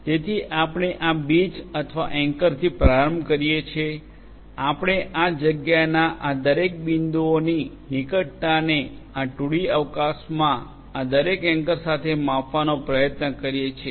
તેથી આપણે આ બીજ અથવા એન્કરથી પ્રારંભ કરીએ છીએ આપણે આ જગ્યાના આ દરેક બિંદુઓની નિકટતાને આ 2ડી અવકાશમાં આ દરેક એન્કર સાથે માપવાનો પ્રયત્ન કરીએ છીએ